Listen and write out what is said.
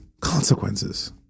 consequences